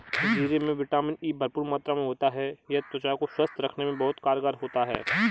जीरे में vitamin E भरपूर मात्रा में होता है यह त्वचा को स्वस्थ रखने में बहुत कारगर होता है